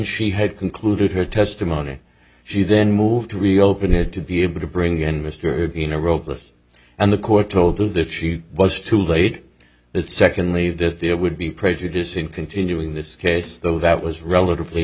she had concluded her testimony she then moved to reopen it to be able to bring in mr bean a rope of and the court told to that she was too late that secondly that there would be prejudice in continuing this case though that was relatively